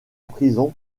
prison